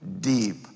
deep